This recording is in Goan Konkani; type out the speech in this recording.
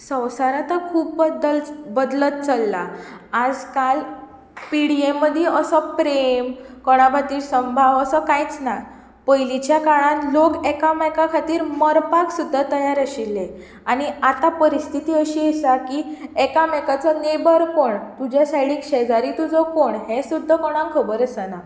संवसार आतां खूब बदल बदलत चल्ला आयज काल पिडये मदीं असो प्रेम कोणा खातीर असो संभाव असो कांयच ना पयलींच्या काळांत लोक एका मेका खातीर मरपाक सुद्दां तयार आशिल्ले आनी आतां परिस्थिती अशी आसा की एकामेकाचो नेबर कोण तुज्या सायडीक शेजारी तुजो कोण हें सुद्दां कोणाक खबर आसना